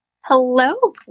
hello